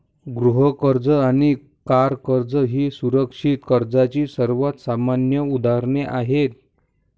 गृह कर्ज आणि कार कर्ज ही सुरक्षित कर्जाची सर्वात सामान्य उदाहरणे आहेत